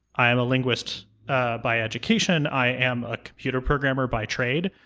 i am a linguist by education, i am a computer programmer by trade,